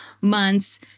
months